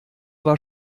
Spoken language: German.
war